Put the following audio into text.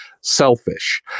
selfish